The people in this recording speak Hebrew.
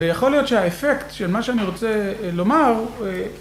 ויכול להיות שהאפקט של מה שאני רוצה לומר אה...